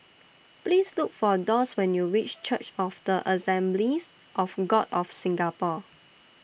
Please Look For Doss when YOU REACH Church of The Assemblies of God of Singapore